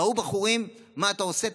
ראו בחורים: מה אתה עושה?